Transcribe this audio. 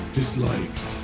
dislikes